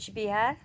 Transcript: Cooch Behar